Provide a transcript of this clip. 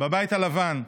בבית הלבן.